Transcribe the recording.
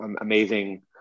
amazing